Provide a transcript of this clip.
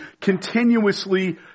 continuously